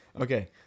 okay